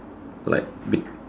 like